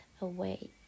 away